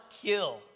kill